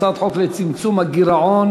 הצעת חוק לצמצום הגירעון